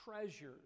treasures